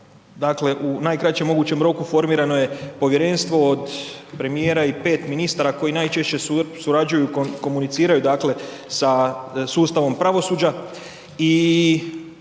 dakle u najkraćem mogućem roku formirano je povjerenstvo od premijera i 5 ministara koji najčešće surađuju, komuniciraju dakle sa sustavom pravosuđa